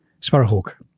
Sparrowhawk